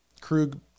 Krug